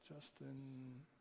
Justin